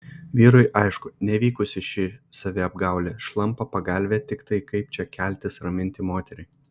vyrui aišku nevykusi ši saviapgaulė šlampa pagalvė tiktai kaip čia keltis raminti moterį